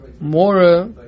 mora